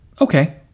Okay